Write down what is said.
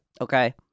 Okay